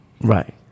Right